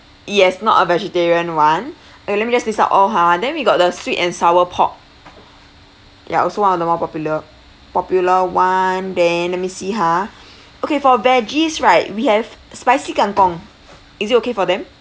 yes not a vegetarian one eh let me just list out all ha then we got the sweet and sour pork ya also one of the more popular popular one then let me see ha okay for veggies right we have spicy kangkong is it okay for them